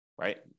right